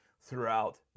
throughout